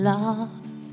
love